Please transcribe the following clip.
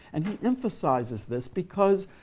and he emphasizes this because,